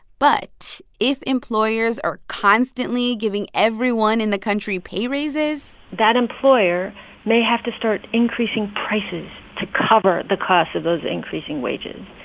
but if employers are constantly giving everyone in the country pay raises. that employer may have to start increasing prices to cover the cost of those increasing wages,